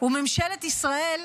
וממשלת ישראל,